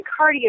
cardio